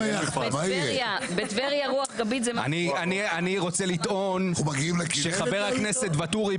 אני רוצה לטעון שחבר הכנסת ואטורי,